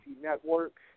Network